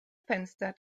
fenster